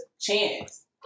chance